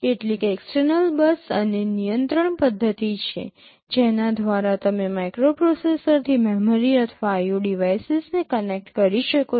કેટલીક external bus અને નિયંત્રણ પદ્ધતિ છે જેના દ્વારા તમે માઇક્રોપ્રોસેસરથી મેમરી અથવા IO ડિવાઇસીસને કનેક્ટ કરી શકો છો